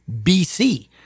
BC